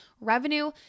revenue